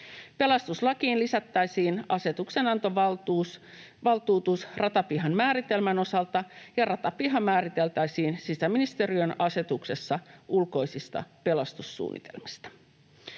Pelastuslakiin lisättäisiin asetuksenantovaltuutus ratapihan määritelmän osalta, ja ratapiha määriteltäisiin sisäministeriön asetuksessa ulkoisista pelastussuunnitelmista.